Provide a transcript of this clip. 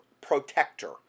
protector